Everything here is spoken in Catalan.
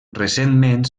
recentment